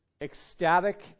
ecstatic